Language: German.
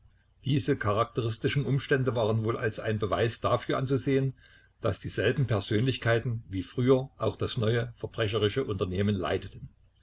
diese charakteristischen umstände waren wohl als ein beweis dafür anzusehen daß dieselben persönlichkeiten wie früher auch das neue verbrecherische unternehmen leiteten